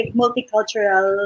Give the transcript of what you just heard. multicultural